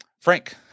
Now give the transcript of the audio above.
Frank